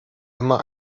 immer